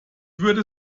würde